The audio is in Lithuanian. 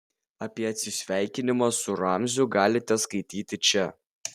apie atsisveikinimą su ramziu galite skaityti čia